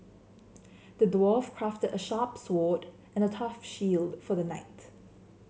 the dwarf crafted a sharp sword and a tough shield for the knight